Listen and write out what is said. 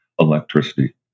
Electricity